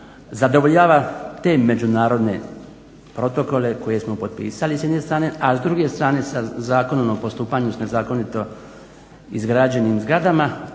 zadovoljava te međunarodne protokole koje smo potpisali s jedne strane, a s druge strane sa Zakonom o postupanju s nezakonito izgrađenim zgradama